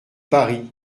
paris